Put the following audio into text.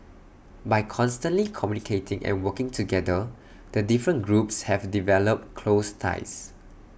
by constantly communicating and working together the different groups have developed close ties